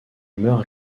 meurt